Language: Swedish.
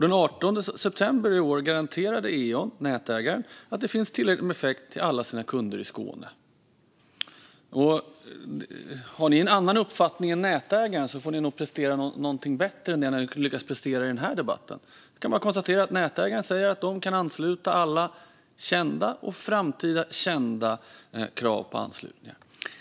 Den 18 september i år garanterade Eon, alltså nätägaren, att det finns tillräcklig effekt till alla kunder i Skåne. Har ni en annan uppfattning än nätägaren får ni nog prestera någonting bättre än det ni har lyckats prestera i den här debatten. Jag kan bara konstatera att nätägaren säger att man kan uppfylla alla kända och framtida kända krav på anslutningar.